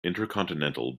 intercontinental